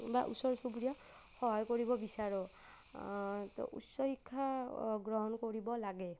বা ওচৰ চুবুৰীয়াক সহায় কৰিব বিচাৰো ত' উচ্চ শিক্ষা গ্ৰহণ কৰিব লাগে